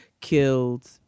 killed